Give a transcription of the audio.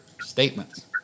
statements